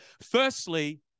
Firstly